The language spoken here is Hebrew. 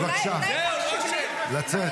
בבקשה, לצאת.